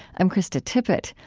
i'm krista tippett.